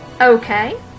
Okay